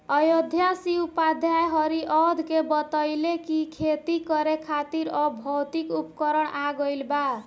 अयोध्या सिंह उपाध्याय हरिऔध के बतइले कि खेती करे खातिर अब भौतिक उपकरण आ गइल बा